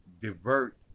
divert